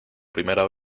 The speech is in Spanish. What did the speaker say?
primera